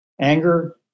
anger